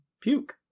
puke